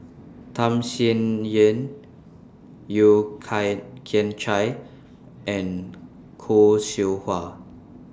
Tham Sien Yen Yeo Kian Can Chai and Khoo Seow Hwa